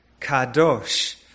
Kadosh